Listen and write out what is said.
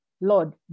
Lord